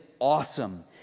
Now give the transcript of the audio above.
awesome